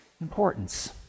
importance